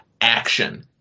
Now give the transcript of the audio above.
action